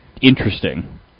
interesting